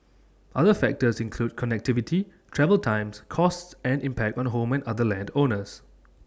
other factors include connectivity travel times costs and impact on home and other land owners